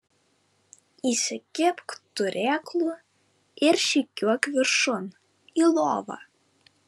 įsikibk turėklų ir žygiuok viršun į lovą